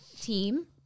team